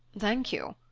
thank you.